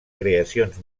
creacions